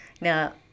now